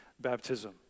baptism